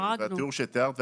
לתיאור שתיארת,